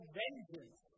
vengeance